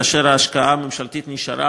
וההשקעה הממשלתית נשארה,